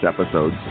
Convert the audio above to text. episode's